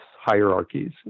hierarchies